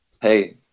hey